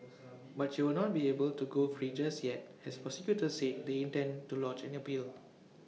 but she will not be able to go free just yet as prosecutors said they intend to lodge an appeal